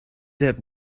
zip